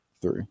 three